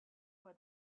for